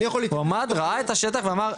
עמד וראה את השטח ואמר,